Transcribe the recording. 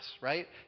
right